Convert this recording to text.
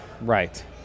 Right